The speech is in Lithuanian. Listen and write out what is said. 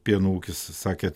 pieno ūkis sakėt